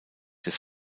des